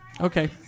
Okay